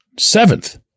Seventh